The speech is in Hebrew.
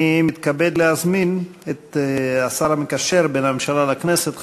אני מתכבד להזמין את השר המקשר בין הממשלה לכנסת,